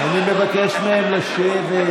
אני מבקש מהם לשבת.